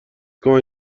کمک